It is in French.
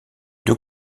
deux